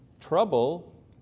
trouble